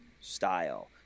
style